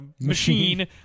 Machine